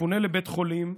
מפונה לבית חולים,